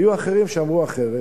היו אחרים שאמרו אחרת.